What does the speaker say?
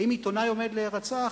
האם עיתונאי עומד להירצח?